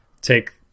take